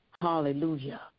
hallelujah